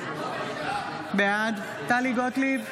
בעד טלי גוטליב,